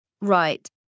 right